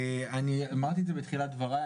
אני אמרתי את זה בתחילת דבריי,